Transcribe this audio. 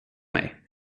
mig